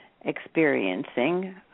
experiencing